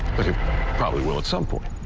but he probably will at some point.